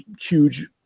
huge